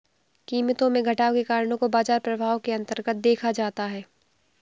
कीमतों में घटाव के कारणों को बाजार प्रभाव के अन्तर्गत देखा जाता है